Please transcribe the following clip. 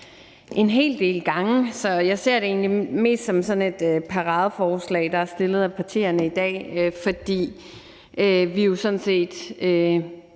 en hel del gange, så jeg ser det egentlig mest som et paradeforslag, der er fremsat af partierne i dag, for vi er jo sådan set